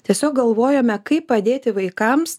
tiesiog galvojome kaip padėti vaikams